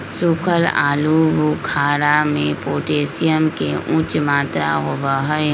सुखल आलू बुखारा में पोटेशियम के उच्च मात्रा होबा हई